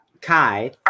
Kai